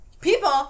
People